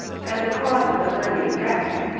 and the causes of her being wrecked.